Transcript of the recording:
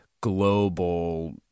global